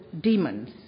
demons